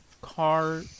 car